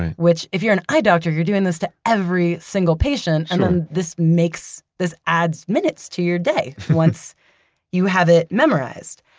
which if you're an eye doctor, you're doing this to every single patient, and then this makes this adds minutes to your day once you have it memorized.